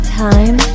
time